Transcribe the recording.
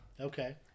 Okay